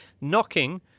Knocking